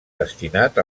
destinat